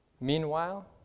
Meanwhile